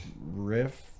Riff